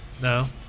No